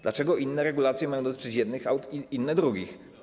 Dlaczego inne regulacje mają dotyczyć jednych aut, inne drugich?